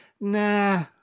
nah